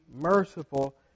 merciful